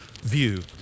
view